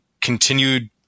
continued